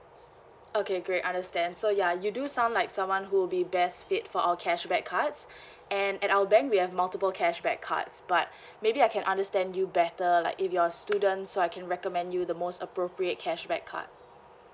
okay great understand so ya you do sound like someone who'll be best fit for our cashback cards and at our bank we have multiple cashback cards but maybe I can understand you better like if you're a student so I can recommend you the most appropriate cashback card